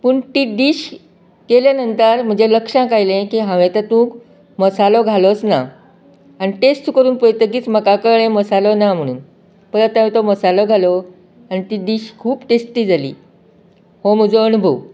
पूण ती डिश केल्या नंतर म्हज्या लक्षांत आयले की हांवेन तातूंत मसालो घालोच ना आनी टेस्ट करून पळयतकीच म्हाका कळ्ळें मसालो ना म्हणून मागीर पयल्यार तो मसालो घालो आनी ती डिश खूब टेस्टी जाली हो म्हजो अणभव